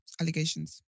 Allegations